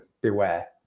beware